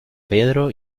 pedro